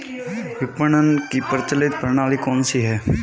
विपणन की प्रचलित प्रणाली कौनसी है?